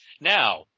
Now –